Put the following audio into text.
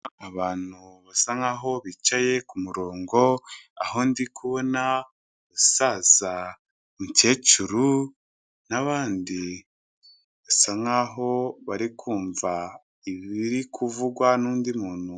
Abantu basa nk'aho bicaye ku murongo, aho ndikubona umusaza, umukecuru n'abandi basa nk'aho barikumva ibiri kuvugwa n'undi muntu.